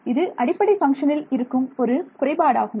இது அடிப்படை பங்ஷனில் இருக்கும் ஒரு குறைபாடாகும்